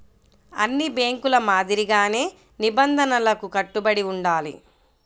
అన్ని బ్యేంకుల మాదిరిగానే నిబంధనలకు కట్టుబడి ఉండాలి